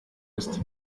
ist